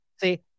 See